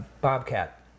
Bobcat